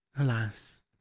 Alas